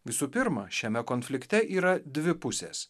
visų pirma šiame konflikte yra dvi pusės